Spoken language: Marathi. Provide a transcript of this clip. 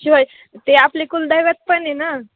शिवाय ते आपले कुलदैवत पण आहे ना